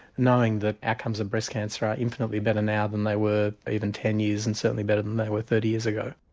knowing that outcomes of breast cancer are infinitely better now than they were even ten years and certainly better than they were thirty years ago.